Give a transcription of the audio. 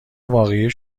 واقعی